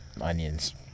Onions